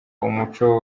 umuco